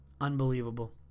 Unbelievable